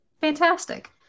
fantastic